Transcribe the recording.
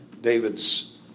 David's